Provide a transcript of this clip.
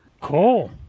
Cool